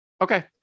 Okay